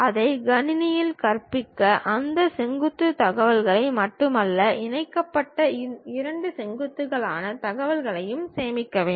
அதை கணினியில் கற்பிக்க அந்த செங்குத்து தகவல்களை மட்டுமல்ல இணைக்கப்பட்ட இரண்டு செங்குத்துகளான தகவல்களையும் சேமிக்க வேண்டும்